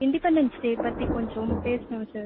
independence day பற்றி கொஞ்சம் பேசணும் சார்